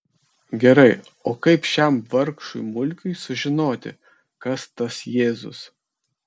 gerai o kaip šiam vargšui mulkiui sužinoti kas tas jėzus